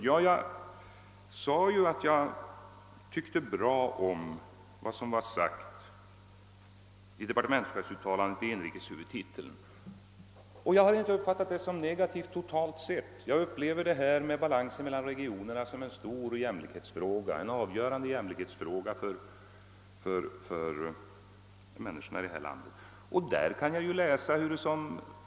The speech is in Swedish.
Ja, jag sade ju att jag tyckte bra om vad som sagts i departementschefsuttalandet i inrikeshuvudtiteln, och jag har inte uppfattat detta som negativt totalt sett. Jag upplever detta med balansen mellan regionerna som en avgörande jämlikhetsfråga för människorna i landet.